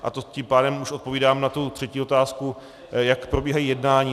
A to tím pádem už odpovídám na tu třetí otázku, jak probíhají jednání.